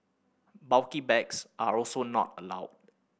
bulky bags are also not allowed